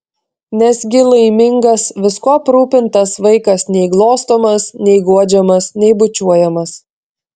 nesgi laimingas viskuo aprūpintas vaikas nei glostomas nei guodžiamas nei bučiuojamas